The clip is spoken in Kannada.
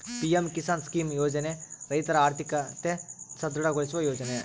ಪಿ.ಎಂ ಕಿಸಾನ್ ಸ್ಕೀಮ್ ಯೋಜನೆ ರೈತರ ಆರ್ಥಿಕತೆ ಸದೃಢ ಗೊಳಿಸುವ ಯೋಜನೆ